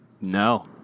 No